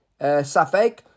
safek